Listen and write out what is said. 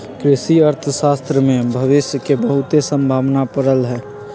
कृषि अर्थशास्त्र में भविश के बहुते संभावना पड़ल हइ